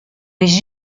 des